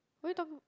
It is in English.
what are you talking